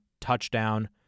touchdown